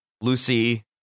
Lucy